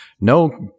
no